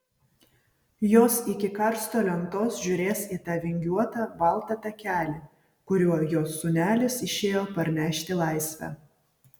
jos iki karsto lentos žiūrės į tą vingiuotą baltą takelį kuriuo jos sūnelis išėjo parnešti laisvę